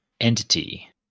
entity